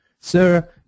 Sir